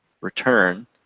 return